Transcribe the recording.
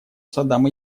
садам